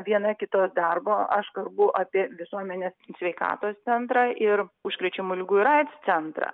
viena kitos darbo aš kalbu apie visuomenės sveikatos centrą ir užkrečiamų ligų ir aids centrą